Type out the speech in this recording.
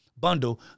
bundle